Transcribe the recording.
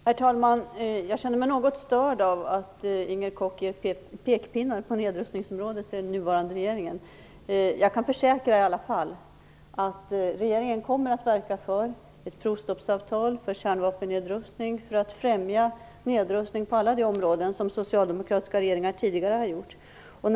Herr talman! Jag känner mig något störd av att Inger Koch ger pekpinnar på nedrustningsområdet till den nuvarande regeringen. Jag kan försäkra att regeringen kommer att verka för ett provstoppsavtal, för kärnvapennedrustning och för att främja nedrustning på alla de områden där socialdemokratiska regeringar tidigare har gjort det.